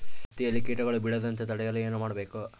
ಹತ್ತಿಯಲ್ಲಿ ಕೇಟಗಳು ಬೇಳದಂತೆ ತಡೆಯಲು ಏನು ಮಾಡಬೇಕು?